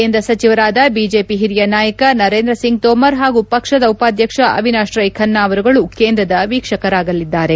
ಕೇಂದ್ರ ಸಚಿವರಾದ ಬಿಜೆಪಿ ಹಿರಿಯ ನಾಯಕ ನರೇಂದ್ರ ಸಿಂಗ್ ತೋಮರ್ ಹಾಗೂ ಪಕ್ಷದ ಉಪಾಧ್ಯಕ್ಷ ಅವಿನಾಶ್ ರೈ ಖನ್ನಾ ಅವರುಗಳು ಕೇಂದ್ರದ ವೀಕ್ಷಕರಾಗಲಿದ್ದಾರೆ